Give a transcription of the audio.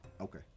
okay